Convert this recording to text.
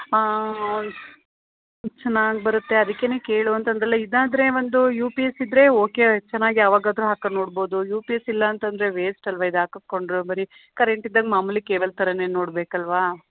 ಹಾಂ ಚೆನ್ನಾಗಿ ಬರುತ್ತೆ ಅದ್ಕೇ ಕೇಳು ಅಂತಂದರಲ್ಲ ಇದಾದರೆ ಒಂದು ಯು ಪಿ ಎಸ್ ಇದ್ದರೆ ಓಕೆ ಚೆನ್ನಾಗಿ ಯಾವಾಗಾದರೂ ಹಾಕಂಡ್ ನೋಡ್ಬೌದು ಯು ಪಿ ಎಸ್ ಇಲ್ಲಾಂತಂದರೆ ವೇಸ್ಟ್ ಅಲ್ಲವಾ ಇದು ಹಾಕಸ್ಕೊಂಡ್ರೂ ಬರೀ ಕರೆಂಟ್ ಇದ್ದಾಗ ಮಾಮೂಲಿ ಕೇಬಲ್ ಥರನೇ ನೋಡಬೇಕಲ್ವಾ